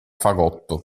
fagotto